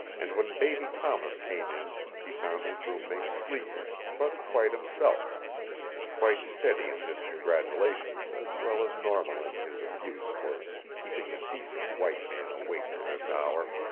and when baby thomas came in he found his room-mate sleepy, but quite himself quite steady in his congratulations as well as normal in his abuse for keeping a decent white man awake to this hour.